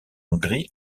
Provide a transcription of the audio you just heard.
hongrie